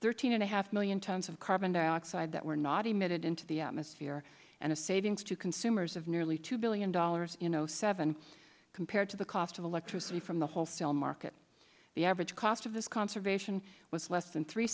thirteen and a half million tons of carbon dioxide that were not emitted into the atmosphere and a savings to consumers of nearly two billion dollars in zero seven compared to the cost of electricity from the wholesale market the average cost of this conservation was less than three